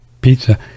pizza